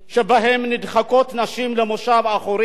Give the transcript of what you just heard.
שבהם נדחקות נשים למושב האחורי.